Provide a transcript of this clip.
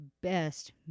best